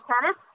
tennis